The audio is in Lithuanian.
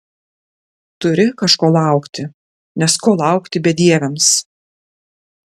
turi kažko laukti nes ko laukti bedieviams